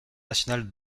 national